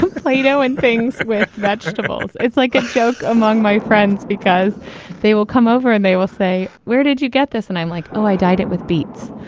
um know, and things with vegetables it's like a joke among my friends because they will come over and they will say, where did you get this? and i'm like, oh, i did it with beets